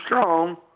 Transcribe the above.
strong